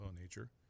nature